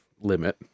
limit